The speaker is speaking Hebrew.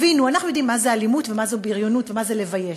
אנחנו יודעים מה זו אלימות ומה זו בריונות ומה זה לבייש.